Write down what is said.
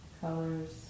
Colors